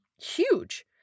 huge